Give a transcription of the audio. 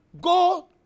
go